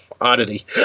oddity